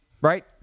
right